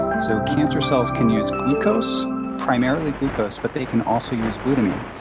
so cancer cells can use glucose, primarily glucose, but they can also use glutamine.